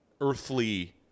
earthly